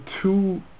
two